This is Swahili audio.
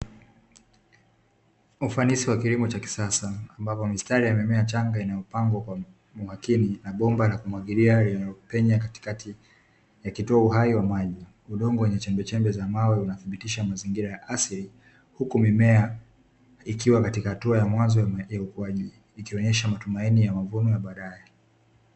Ufanisi wa kilimo cha kisasa, ambapo mistari ya mimea changa inayopangwa kwa umakini na bomba la kumwagilia lenye linalopenya katikati yakitoa uhai wa maji. Udongo wenye chembechembe za mawe unathibitisha mazingira ya asili, huku mimea ikiwa katika hatua ya mwanzo ya ukuaji, ikionyesha matumaini ya mavuno ya baadaye.